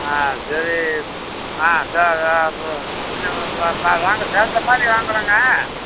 ஆ சரி ஆ சா யா பு வாங்க சேர்ந்த மாதிரி வாங்கறோங்க